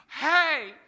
hey